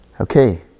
Okay